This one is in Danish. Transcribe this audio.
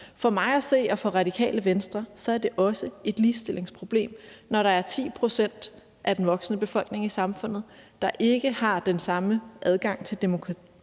For mig og Radikale Venstre at se er det også et ligestillingsproblem, når der er 10 pct. af den voksne befolkning i samfundet, der ikke har den samme adgang til demokratiet